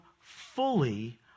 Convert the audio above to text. fully